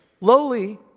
lowly